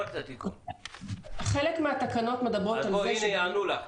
חלק מהתקנות מדברות על --- אז הנה, יענו לך.